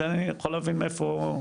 שאני יכול להבין מאיפה,